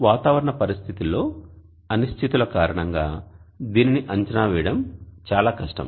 వాతావరణ పరిస్థితుల్లో అనిశ్చితుల కారణంగా దీనిని అంచనా వేయడం చాలా కష్టం